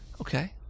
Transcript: Okay